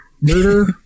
Murder